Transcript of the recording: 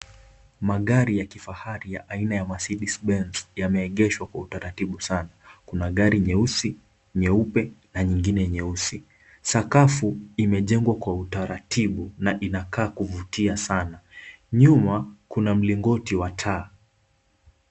Magari ya kifahari ya aina ya Mercedes Benz yameegeshwa kwa utaratibu sana, kuna gari nyeusi, nyeupe na nyingine nyeusi. Sakafu imejengwa kwa utaratibu na inakaa kuvutia sana, nyuma kuna mlingoti wa taa.